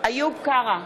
איוב קרא,